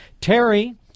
Terry